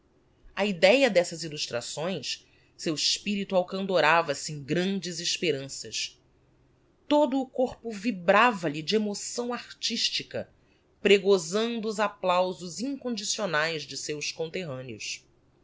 á idéa d'essas illustrações seu espirito alcandorava se em grandes esperanças todo o corpo vibrava lhe de emoção artistica pregosando os applausos incondicionaes de seus conterraneos